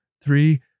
three